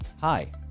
Hi